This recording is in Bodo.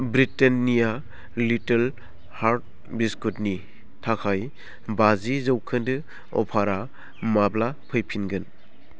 ब्रिटेन्निया लिटल हार्टस बिस्कुटनि थाखाय बाजि जौखोन्दो अफारा माब्ला फैफिनगोन